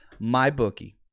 MyBookie